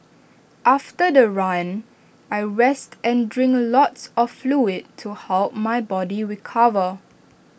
after the run I rest and drink A lots of fluid to help my body to recover